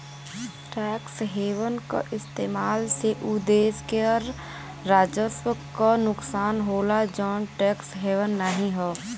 tax haven क इस्तेमाल से उ देश के कर राजस्व क नुकसान होला जौन टैक्स हेवन नाहीं हौ